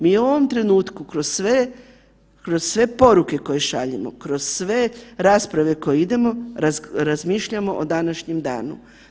Mi u ovom trenutku kroz sve, kroz sve poruke koje šaljemo, kroz sve rasprave koje idemo, razmišljamo o današnjem danu.